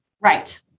Right